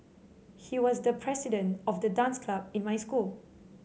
he was the president of the dance club in my school